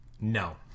No